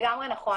לגמרי נכון.